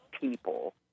people